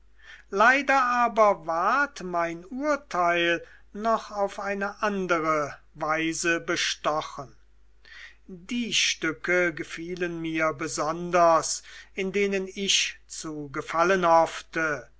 leider aber ward mein urteil noch auf eine andere weise bestochen die stücke gefielen mir besonders in denen ich zu gefallen hoffte